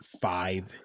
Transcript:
five